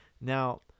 Now